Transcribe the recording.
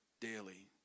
daily